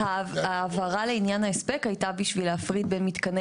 ההבהרה לעניין ההספק הייתה בשביל להפריד בין מתקני